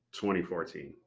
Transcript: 2014